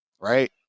right